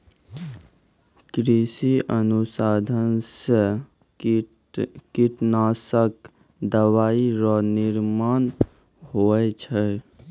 कृषि अनुसंधान से कीटनाशक दवाइ रो निर्माण हुवै छै